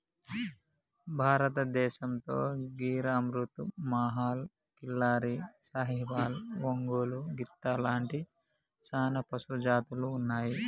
భారతదేసంతో గిర్ అమృత్ మహల్, కిల్లారి, సాహివాల్, ఒంగోలు గిత్త లాంటి సానా పశుజాతులు ఉన్నాయి